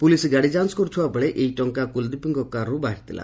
police ଗାଡ଼ି ଯାଞ୍ କରୁଥିବାବେଳେ ଏହି ଟଙ୍କା କୁଳଦୀପଙ୍କ କାରରୁ ବାହାରି ଥିଲା